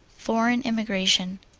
foreign immigration.